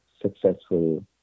successful